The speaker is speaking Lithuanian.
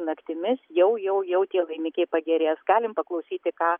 naktimis jau jau jautė laimikiai pagerės galim paklausyti ką